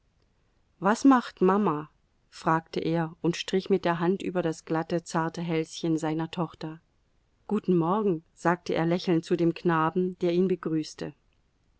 was macht mama fragte er und strich mit der hand über das glatte zarte hälschen seiner tochter guten morgen sagte er lächelnd zu dem knaben der ihn begrüßte